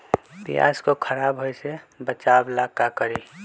प्याज को खराब होय से बचाव ला का करी?